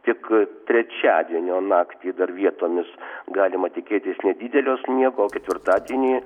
tik trečiadienio naktį dar vietomis galima tikėtis nedidelio sniego ketvirtadienį